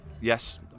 Yes